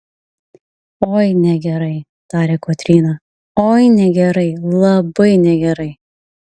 oi negerai tarė kotryna oi negerai labai negerai